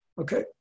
Okay